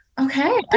Okay